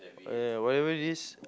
eh by the way this